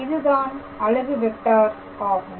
இதுதான் அலகு வெக்டார் ஆகும்